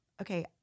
okay